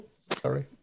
Sorry